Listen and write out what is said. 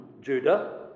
Judah